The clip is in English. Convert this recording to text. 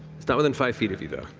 it's not within five feet of you, though,